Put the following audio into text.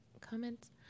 comments